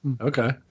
Okay